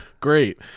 great